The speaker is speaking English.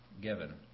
given